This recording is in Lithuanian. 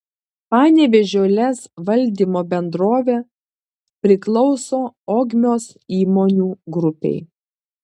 panevėžio lez valdymo bendrovė priklauso ogmios įmonių grupei